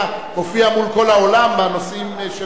אתה מופיע מול כל העולם בנושאים,